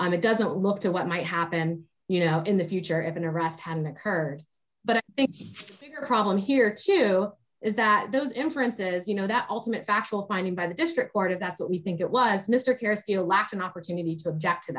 on it doesn't look to what might happen you know in the future if an arrest hadn't occurred but bigger problem here too is that those inferences you know that ultimate factual finding by the district court of that's what we think it was mr carrasquillo lack an opportunity to object to